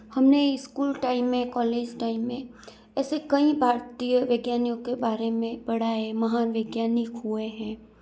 हम ने school time में कॉलेज टाइम में ऐसे कई भारतीय वैज्ञानियों के बारे में पढ़ा है महान वैज्ञानिक हुए हैं